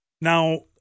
Now